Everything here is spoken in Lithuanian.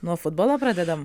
nuo futbolo pradedam